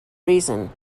reason